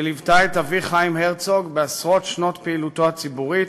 שליוותה את אבי חיים הרצוג בעשרות שנות פעילותו הציבורית,